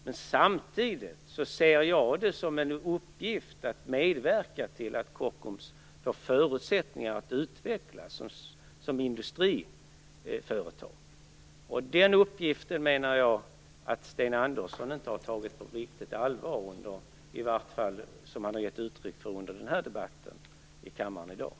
Men samtidigt ser jag det som en uppgift att medverka till att Kockums får förutsättningar att utvecklas som industriföretag. Jag menar att Sten Andersson inte har tagit den uppgiften på riktigt allvar, åtminstone har han inte gett uttryck för det under den här debatten i kammaren i dag.